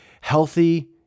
healthy